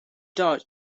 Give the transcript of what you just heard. dies